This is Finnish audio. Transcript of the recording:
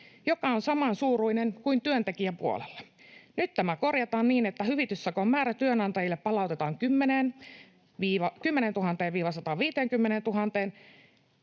joka on samansuuruinen kuin työntekijäpuolella. Nyt tämä korjataan niin, että hyvityssakon määrä työnantajille palautetaan 10 000—150 000:een,